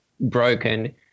broken